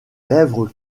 lèvres